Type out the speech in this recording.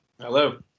Hello